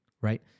right